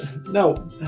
No